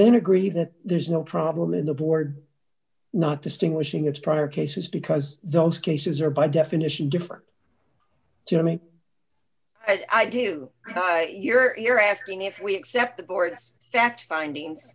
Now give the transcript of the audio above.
then agree that there's no problem in the board not distinguishing it's prior cases because those cases are by definition different to me i do your ear asking if we accept the board's fact finding